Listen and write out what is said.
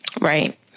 Right